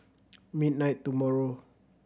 midnight tomorrow